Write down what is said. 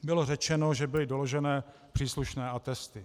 Bylo řečeno, že byly doložené příslušné atesty.